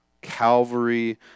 Calvary